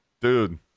Dude